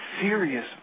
serious